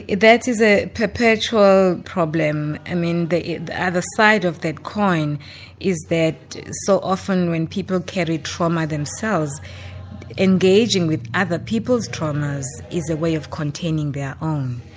that is a perpetual problem, i mean the the other side of that coin is that so often when people carry trauma themselves engaging with other people's traumas is a way of containing their own.